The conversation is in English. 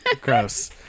Gross